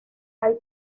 hay